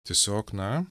tiesiog na